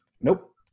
Nope